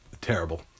terrible